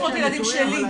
600 ילדים שלי.